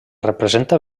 representa